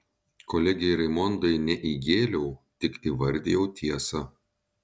kolegei raimondai ne įgėliau tik įvardijau tiesą